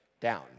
down